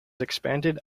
expanded